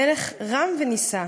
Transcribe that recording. מלך רם ונישא,